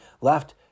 left